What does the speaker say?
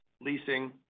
leasing